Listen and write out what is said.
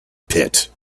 pit